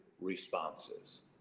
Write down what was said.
responses